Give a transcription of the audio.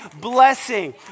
blessing